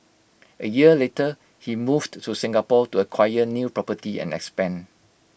A year later he moved to Singapore to acquire new property and expand